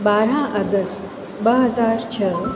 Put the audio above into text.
ॿारहं अगस्त ॿ हज़ार छह